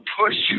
push